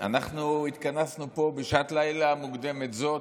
אנחנו התכנסנו פה בשעת לילה מוקדמת זו